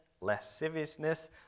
lasciviousness